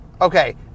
Okay